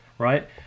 right